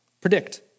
predict